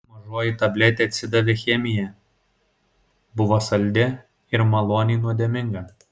mažoji tabletė atsidavė chemija buvo saldi ir maloniai nuodėminga